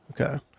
Okay